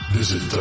Visit